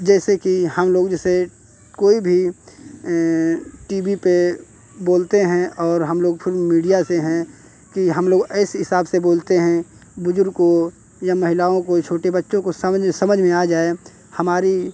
जैसे कि हम लोग जैसे कोई भी टी वी पे बोलते हैं और हम लोग फिर मीडिया से हैं कि हम लोग ऐस हिसाब से बोलते हैं बुज़ुर्गों या महिलाओं को या छोटे बच्चों को समझ में समझ में आ जाए हमारी